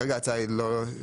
כרגע ההצעה היא לא.